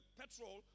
petrol